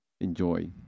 enjoy